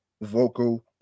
vocal